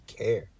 care